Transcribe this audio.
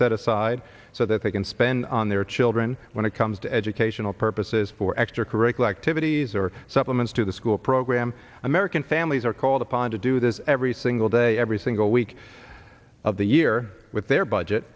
set aside so that they can spend on their children when it comes to educational purposes for extracurricular activities these are supplements to the school program american families are called upon to do this every single day every single week of the year with their budget